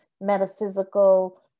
metaphysical